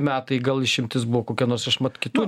metai gal išimtis buvo kokia nors aš mat kitu